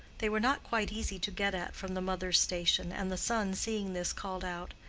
they were not quite easy to get at from the mother's station, and the son seeing this called out,